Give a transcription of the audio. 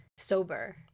Sober